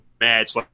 match